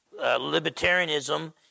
libertarianism